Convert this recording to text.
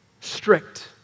strict